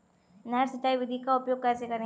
नहर सिंचाई विधि का उपयोग कैसे करें?